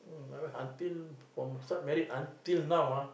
my wife until from start married until now ah